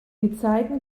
gezeiten